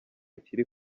kiri